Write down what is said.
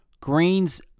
Greens